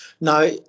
No